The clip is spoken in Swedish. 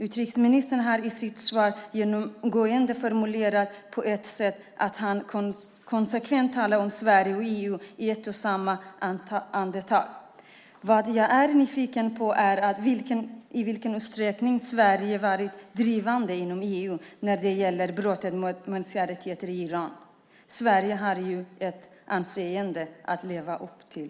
Utrikesministern har i sitt svar genomgående formulerat sig på det sättet att han konsekvent talar om Sverige och EU i ett och samma andetag. Vad jag är nyfiken på är i vilken utsträckning som Sverige har varit drivande inom EU när det gäller brotten mot mänskliga rättigheter i Iran. Sverige har ju ett anseende att leva upp till.